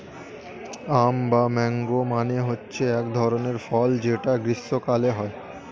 আম বা ম্যাংগো মানে হচ্ছে এক ধরনের ফল যেটা গ্রীস্মকালে হয়